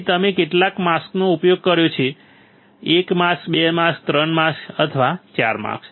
તેથી તમે કેટલા માસ્કનો ઉપયોગ કર્યો છે 1 માસ્ક 2 માસ્ક 3 માસ્ક અથવા 4 માસ્ક